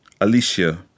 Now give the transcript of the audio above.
Alicia